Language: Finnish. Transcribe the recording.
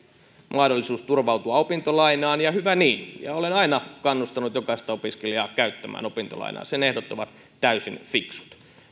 mahdollisuus turvautua opintolainaan ja hyvä niin olen aina kannustanut jokaista opiskelijaa käyttämään opintolainaa sen ehdot ovat täysin fiksut